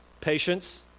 patience